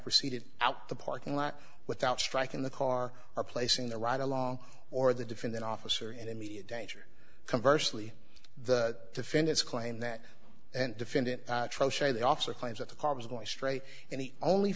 proceeded out the parking lot without striking the car or placing the right along or the defendant officer in immediate danger conversely the defendant's claim that and defendant say the officer claims that the car was going straight and he only